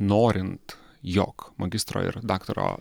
norint jog magistro ir daktaro